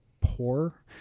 poor